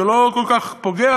זה לא כל כך פוגע,